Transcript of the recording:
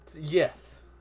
Yes